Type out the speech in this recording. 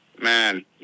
man